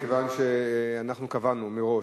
מכיוון שאנחנו קבענו מראש,